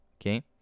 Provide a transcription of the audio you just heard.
Okay